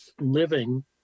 living